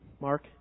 Mark